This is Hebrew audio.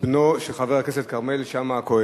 בנו של חבר הכנסת כרמל שאמה-הכהן,